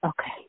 Okay